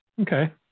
Okay